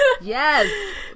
Yes